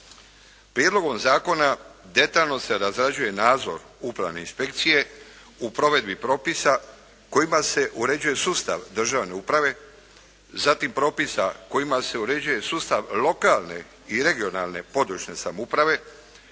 Prijedlogom zakona detaljno se razrađuje nadzor Upravne inspekcije u provedbi propisa kojima se uređuje sustav državne uprave, zatim propisa kojima se uređuje sustav lokalne i regionalne, područne samouprave,